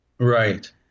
right